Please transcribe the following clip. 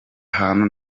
hantu